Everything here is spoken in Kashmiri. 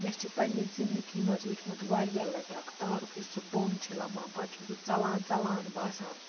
مےٚ چھِ پَننہِ زِنٛدگی مَنٛز وُچھمُت واریاہ لَٹہِ اکھ سُہ تارُک یُس سُہ بۄن چھُ لَمان پَتہِ چھُ سُہ ژَلان ژَلان باسان